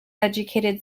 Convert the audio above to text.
educated